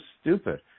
stupid